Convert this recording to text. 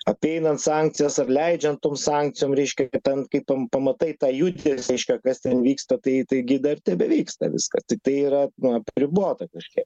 apeinant sankcijas ar leidžiant sankcijom reiškia ten kai pamatai tą judesį reiškia kas ten vyksta tai taigi dar tebevyksta viskas tiktai yra apribota kažkiek